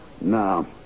No